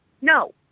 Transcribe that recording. No